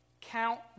count